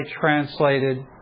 translated